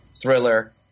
thriller